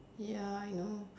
ya I know